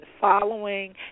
following